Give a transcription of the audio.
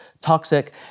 toxic